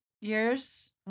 years